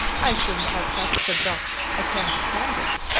i shouldn't have touched a drop. i can't stand it.